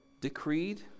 decreed